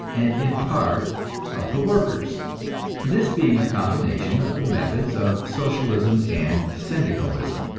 and in part of the workers this being a combination of the methods of socialism and syndicalism.